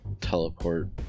teleport